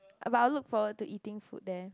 but I will look forward to eating food there